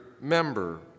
member